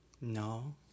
No